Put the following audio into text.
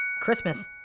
Christmas